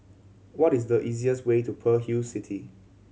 what is the easiest way to Pearl Hill City